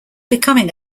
becoming